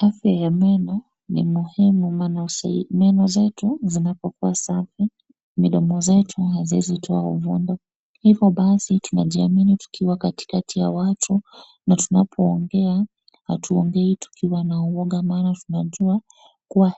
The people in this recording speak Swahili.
Afya ya meno ni muhimu maana meno zetu zinapokuwa safi midomo zetu haziwezi toa uvundo. Hivyo basi tunajiamini tukiwa katikati ya watu na tunapoongea hatuongei tukiwa na uoga maana tunajua